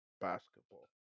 basketball